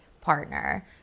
partner